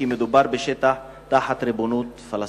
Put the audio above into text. כי מדובר בשטח תחת ריבונות פלסטינית?